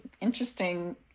interesting